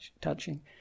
touching